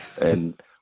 and-